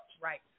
Right